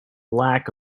lack